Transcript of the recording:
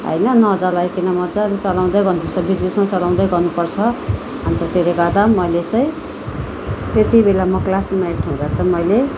होइन नजलाईकन मजाले चलाउँदै गर्नु पर्छ बिच बिचमा चलाउँदै गर्नु पर्छ अन्त त्यसले गर्दा मैले चाहिँ त्यति बेला म क्लास एइट हुँदा चाहिँ मैले